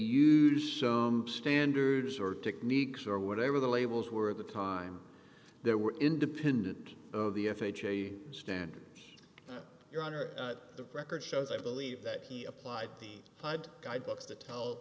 used some standards or techniques or whatever the labels were at the time there were independent of the f h a standards your honor the record shows i believe that he applied the guidebooks to tell